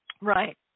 Right